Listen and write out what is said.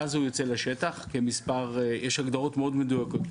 ואז הוא יוצא לשטח כמס' 2 יש הגדרות מאוד מדויקות.